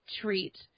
treat